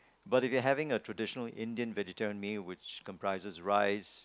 but if they're having a traditional Indian vegetarian meal which comprises rice